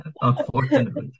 unfortunately